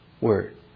word